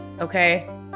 okay